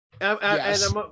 Yes